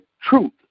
truth